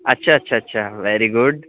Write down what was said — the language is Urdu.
اچھا اچھا اچھا ویری گڈ